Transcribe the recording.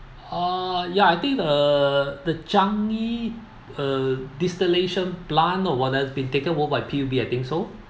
uh ya I think the the changi uh distillation plant new water has been taken over by P_U_B I think so